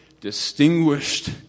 distinguished